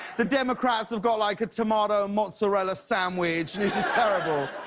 the democrats have got like a tomato mozzarella sandwich. and it's it's terrible.